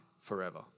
forever